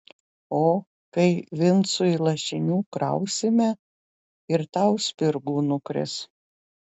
o kai vincui lašinių krausime ir tau spirgų nukris